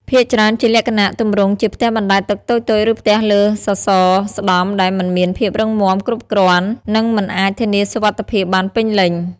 ភាគច្រើនជាលក្ខណៈទម្រង់ជាផ្ទះបណ្តែតទឹកតូចៗ ឬផ្ទះលើសសរស្ដម្ភដែលមិនមានភាពរឹងមាំគ្រប់គ្រាន់ និងមិនអាចធានាសុវត្ថិភាពបានពេញលេញ។